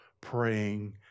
praying